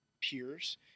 peers